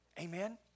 Amen